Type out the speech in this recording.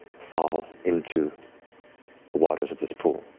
fall into the waters of this pool.